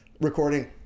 recording